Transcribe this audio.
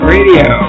Radio